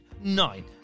nine